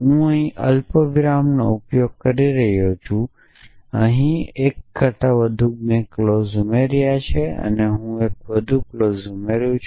હું અહીં અલ્પવિરામનો ઉપયોગ કરી રહ્યો છું મેં અહીં 1 વધુ ક્લોઝ ઉમેર્યો પછી હું એક વધુ ઉમેરી શકું છું